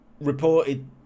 reported